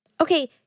Okay